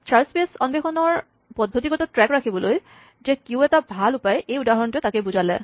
search space অম্বেষণৰ পদ্ধতিগত track ৰাখিবলৈ যে কিউ এটা ভাল উপায় এই উদাহৰণটোৱে তাকেই বুজালে